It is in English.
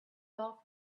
love